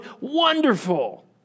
wonderful